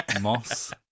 Moss